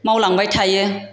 मावलांबाय थायो